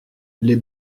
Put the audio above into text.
les